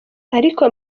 ariko